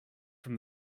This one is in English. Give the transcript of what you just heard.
from